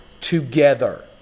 together